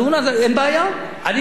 אני לוקח כל דבר הגיוני.